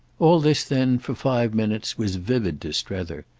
all this then, for five minutes, was vivid to strether,